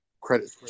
credit